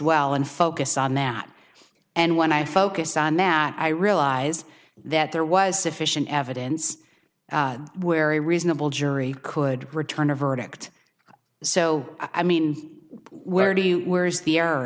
well and focus on that and when i focused on that i realized that there was sufficient evidence where a reasonable jury could return a verdict so i mean where do you where is the